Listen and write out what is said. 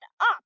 up